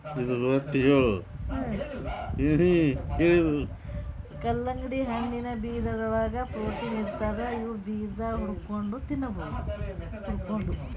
ಕಲ್ಲಂಗಡಿ ಹಣ್ಣಿನ್ ಬೀಜಾಗೋಳದಾಗ ಪ್ರೊಟೀನ್ ಇರ್ತದ್ ಇವ್ ಬೀಜಾ ಹುರ್ಕೊಂಡ್ ತಿನ್ಬಹುದ್